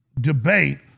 debate